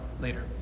Later